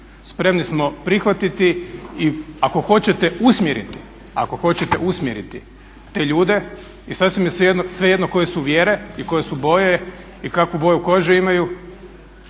Spremni smo prihvatiti i ako hoćete usmjeriti te ljude i sasvim je svejedno koje su vjere i koje su boje i kakvu boju kože imaju.